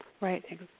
Right